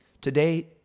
Today